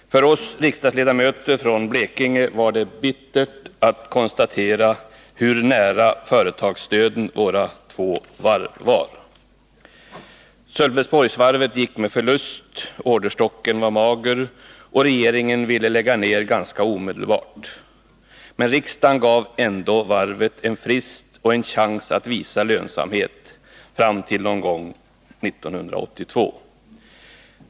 För oss riksdagsledamöter från Blekinge var det bittert att konstatera hur nära företagsdöden våra två varv var. Sölvesborgsvarvet gick med förlust, orderstocken var mager, och regeringen ville lägga ned ganska omedelbart. Men riksdagen gav ändå varvet en frist och en chans att visa lönsamhet fram till någon gång 1982.